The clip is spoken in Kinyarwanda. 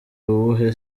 uwuhe